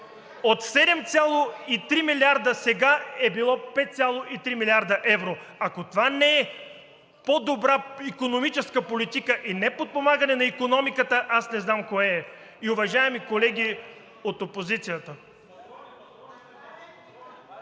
7,3 милиарда сега, а е било 5,3 млрд. евро. Ако това не е по-добра икономическа политика и не е подпомагане на икономиката, аз не знам кое е. (Шум и реплики.) Уважаеми колеги от опозицията,